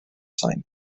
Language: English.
sign